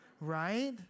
right